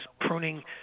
pruning